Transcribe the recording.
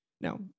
Now